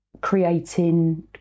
creating